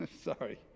sorry